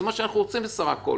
זה מה שאנחנו רוצים בסך הכול.